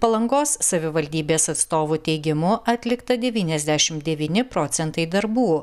plangos savivaldybės atstovų teigimu atlikta devyniasdešimt devyni procentai darbų